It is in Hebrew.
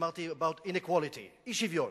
אמרתי: about inequality, אי-שוויון.